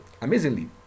amazingly